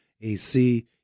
AC